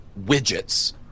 widgets